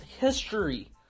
history